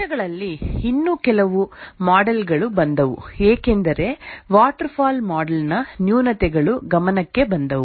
ವರ್ಷಗಳಲ್ಲಿ ಇನ್ನೂ ಕೆಲವು ಮಾಡೆಲ್ ಗಳು ಬಂದವು ಏಕೆಂದರೆ ವಾಟರ್ಫಾಲ್ ಮಾಡೆಲ್ ನ ನ್ಯೂನತೆಗಳು ಗಮನಕ್ಕೆ ಬಂದವು